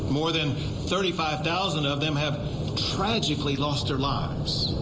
more than thirty five thousand of them have tragically lost their lives.